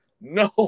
No